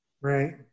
Right